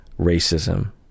racism